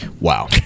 Wow